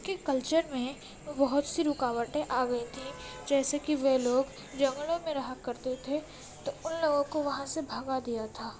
ان کے کلچر میں بہت سی رکاوٹیں آگئی تھیں جیسے کہ وہ لوگ جنگلوں میں رہا کرتے تھے تو ان لوگوں کو وہاں سے بھگا دیا تھا